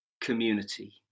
community